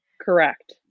Correct